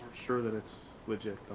sure that it's legit,